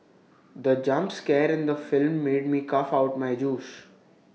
the jump scare in the film made me cough out my juice